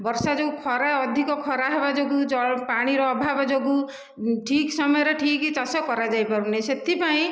ବର୍ଷା ଯେଉଁ ଖରା ଅଧିକ ଖରାହେବା ଯୋଗୁଁ ପାଣିର ଅଭାବ ଯୋଗୁଁ ଠିକ୍ ସମୟରେ ଠିକ ଚାଷ କରାଯାଇପାରୁନାହିଁ ସେଥିପାଇଁ